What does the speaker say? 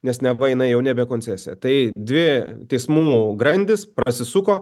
nes neva jinai jau nebe koncesija tai dvi teismų grandys prasisuko